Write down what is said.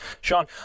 Sean